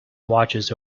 watches